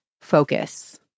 focus